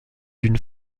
d’une